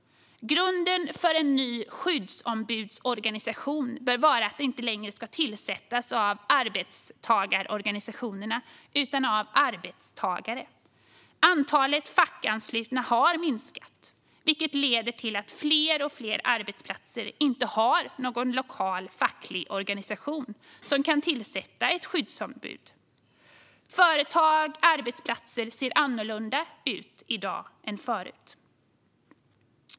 Grunden för en ny skyddsombudsorganisation bör vara att de inte längre ska tillsättas av arbetstagarorganisationerna utan av arbetstagare. Antalet fackanslutna har minskat, vilket leder till att fler och fler arbetsplatser inte har någon lokal facklig organisation som kan tillsätta ett skyddsombud. Företag och arbetsplatser ser annorlunda ut i dag än förut.